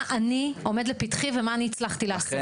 מה עומד לפתחי ומה אני הצלחתי לעשות.